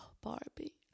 barbie